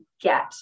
get